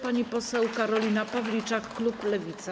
Pani poseł Karolina Pawliczak, klub Lewica.